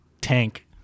tank